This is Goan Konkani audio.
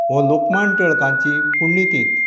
हो लोकमान्य टिळकाची पुण्यतीथ